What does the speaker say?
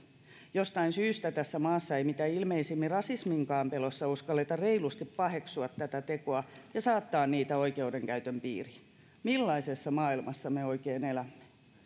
jostain syystä tässä maassa mitä ilmeisimmin rasismin pelossa ei uskalleta reilusti paheksua näitä tekoja ja saattaa niitä oikeudenkäytön piiriin millaisessa maailmassa me oikein elämme